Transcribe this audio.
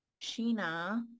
Sheena